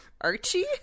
Archie